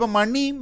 Money